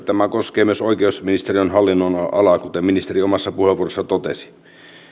tämä koskee myös oikeusministeriön hallinnonalaa kuten ministeri omassa puheenvuorossaan totesi